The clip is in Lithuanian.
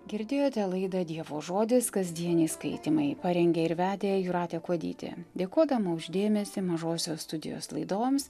girdėjote laidą dievo žodis kasdieniai skaitymai parengė ir vedė jūratė kuodytė dėkodama už dėmesį mažosios studijos laidoms